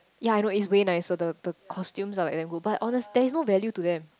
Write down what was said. ya I know it's way nicer the the costumes are like damn good but honest there is no value to them